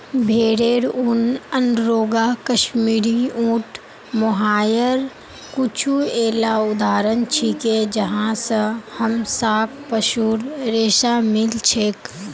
भेरेर ऊन, अंगोरा, कश्मीरी, ऊँट, मोहायर कुछू येला उदाहरण छिके जहाँ स हमसाक पशुर रेशा मिल छेक